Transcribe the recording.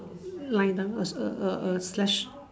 line down a a a flash